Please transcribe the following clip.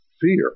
fear